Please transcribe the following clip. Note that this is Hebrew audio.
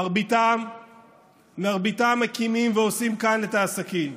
מרביתם מקימים ועושים כאן את העסקים.